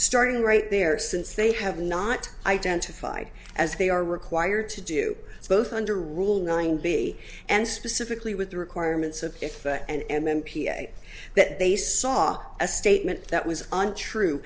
starting right there since they have not identified as they are required to do both under rule nine b and specifically with the requirements of the and m m p i that they saw a statement that was untrue